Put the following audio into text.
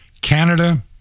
Canada